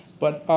but